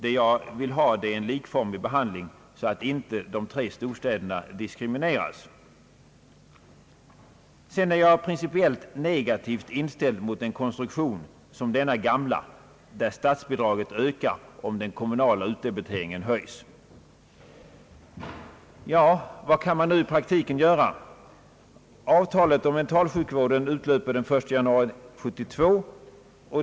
Vad jag vill ha är en likformig behandling, så att inte de tre storstäderna diskrimineras. Jag är principiellt negativt in ställd till en konstruktion som den gamla, där statsbidraget ökar om den kommunala utdebiteringen höjs. Vad kan man nu i praktiken göra? Avtalet om mentalsjukvården utlöper den 1 januari 1972.